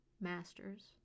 Master's